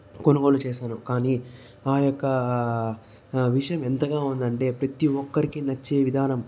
కొనుగోలు చేశాను కానీ ఆ యొక్క విషయం ఎంతగా ఉందంటే ప్రతి ఒక్కరికి నచ్చే విధానం